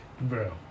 Bro